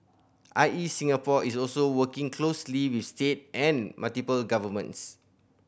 I E Singapore is also working closely with state and municipal governments